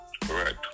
Correct